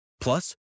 Plus